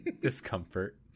discomfort